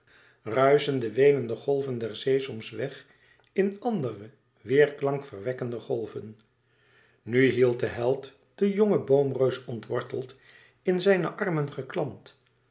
ruischen de weenende golven der zee soms weg in andere weêrklank verwekkende golven nu hield de held den jongen boomreus ontworteld in zijne armen geklampt